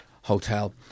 Hotel